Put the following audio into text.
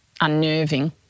unnerving